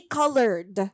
colored